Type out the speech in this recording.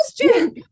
question